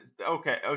Okay